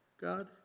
God